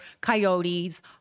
coyotes